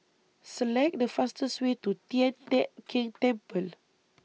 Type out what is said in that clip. Select The fastest Way to Tian Teck Keng Temple